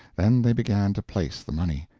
then they began to place the money.